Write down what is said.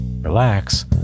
relax